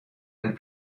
and